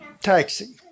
taxi